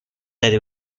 داری